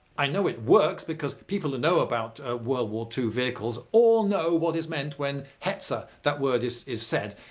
i know it works because people who know about world war two vehicles all know what is meant when hetzer, that word, is is said.